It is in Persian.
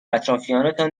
اطرافیانتان